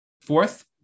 Fourth